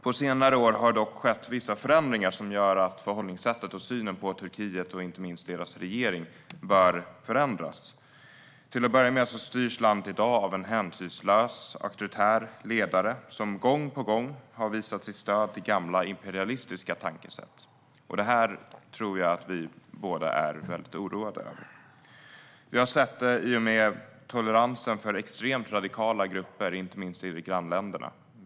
På senare år har det dock skett vissa förändringar som gör att förhållningssättet till och synen på Turkiet, inte minst landets regering, bör förändras. Till att börja med styrs landet i dag av en hänsynslös auktoritär ledare som gång på gång har visat sitt stöd för gamla imperialistiska tankesätt. Detta tror jag att vi båda är oroade över. Vi har sett detta i och med toleransen för extremt radikala grupper, inte minst i grannländerna.